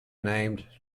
named